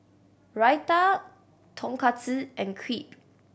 Raita Tonkatsu and Crepe